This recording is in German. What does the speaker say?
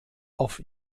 auf